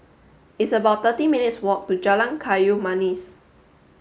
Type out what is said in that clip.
it's about thirty minutes' walk to Jalan Kayu Manis